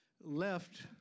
left